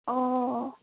অঁ